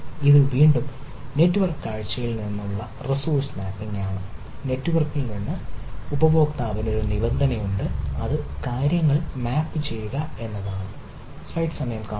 ഇത് വീണ്ടും നെറ്റ്വർക്ക് കാഴ്ചയിൽ നിന്നുള്ള ഒരു റിസോഴ്സ് മാപ്പിംഗ് ആണ് നെറ്റ്വർക്കിൽ നിന്ന് ഉപയോക്താവിൽ നിന്ന് ഒരു നിബന്ധനയുണ്ട് അത് കാര്യങ്ങളിൽ മാപ്പ് ചെയ്യുക